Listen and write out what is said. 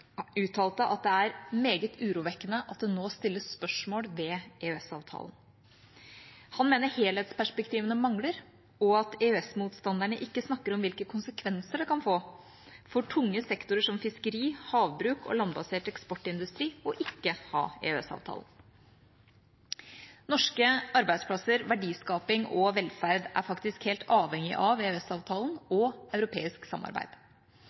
uttalte at det er meget urovekkende at det nå stilles spørsmål ved EØS-avtalen. Han mener helhetsperspektivene mangler, og at EØS-motstanderne ikke snakker om hvilke konsekvenser det kan få for tunge sektorer som fiskeri, havbruk og landbasert eksportindustri ikke å ha EØS-avtalen. Norske arbeidsplasser, verdiskaping og velferd er faktisk helt avhengig av EØS-avtalen og europeisk samarbeid.